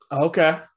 okay